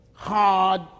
Hard